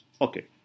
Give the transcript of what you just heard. Okay